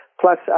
Plus